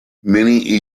many